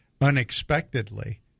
unexpectedly